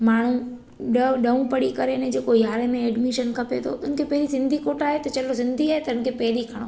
माण्हू ॾह ॾहूं पढ़ी करे अने जेको यारहें में एडमिशन खपे थो हुनखे पहिरीं सिंधी कोटा आहे त चयो सिंधी आहे त हुनखे पहिरीं खणो